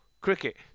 cricket